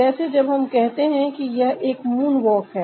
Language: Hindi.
जैसे जब हम कहते हैं कि यह एक मूनवॉक है